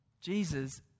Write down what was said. Jesus